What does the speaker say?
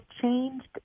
changed